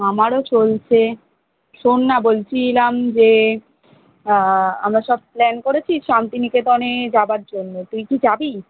আমারও চলছে শোন না বলছিলাম যে আমরা সব প্ল্যান করেছি শান্তিনিকেতনে যাবার জন্য তুই কি যাবি